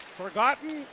Forgotten